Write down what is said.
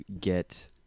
get